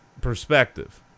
Perspective